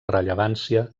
rellevància